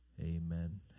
amen